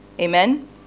Amen